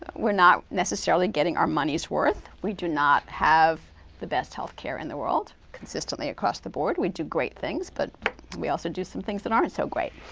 we're not necessarily getting our money's worth. we do not have the best health care in the world. consistently across the board, we do great things, but we also do some things that aren't so great.